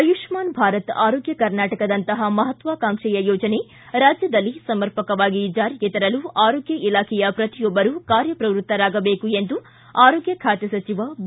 ಆಯುಷ್ನಾನ್ ಭಾರತ್ ಆರೋಗ್ಯ ಕರ್ನಾಟಕದಂತಹ ಮಹತ್ವಕಾಂಕ್ಷೆಯ ಯೋಜನೆ ರಾಜ್ಯದಲ್ಲಿ ಸಮರ್ಪಕವಾಗಿ ಜಾರಿಗೆ ತರಲು ಆರೋಗ್ಯ ಇಲಾಖೆಯ ಪ್ರತಿಯೊಬ್ಬರು ಕಾರ್ಯಪ್ರವೃತ್ತರಾಗಬೇಕು ಎಂದು ಆರೋಗ್ಯ ಖಾತೆ ಸಚಿವ ಬಿ